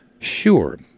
Sure